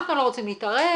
אנחנו לא רוצים להתערב,